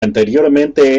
anteriormente